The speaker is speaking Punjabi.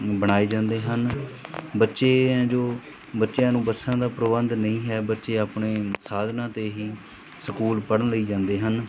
ਬਣਾਏ ਜਾਂਦੇ ਹਨ ਬੱਚੇ ਐਂ ਜੋ ਬੱਚਿਆਂ ਨੂੰ ਬੱਸਾਂ ਦਾ ਪ੍ਰਬੰਧ ਨਹੀਂ ਹੈ ਬੱਚੇ ਆਪਣੇ ਸਾਧਨਾਂ 'ਤੇ ਹੀ ਸਕੂਲ ਪੜ੍ਹਨ ਲਈ ਜਾਂਦੇ ਹਨ